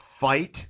fight